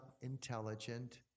intelligent